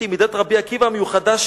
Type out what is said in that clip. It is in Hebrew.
היא מידת רבי עקיבא המיוחדה,